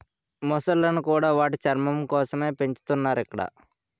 మొసళ్ళను కూడా వాటి చర్మం కోసమే పెంచుతున్నారు ఇక్కడ